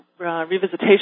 revisitation